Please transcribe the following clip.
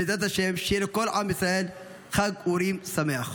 בעזרת השם, שיהיה לכל עם ישראל חג אורים שמח.